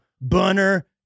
Bunner